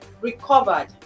recovered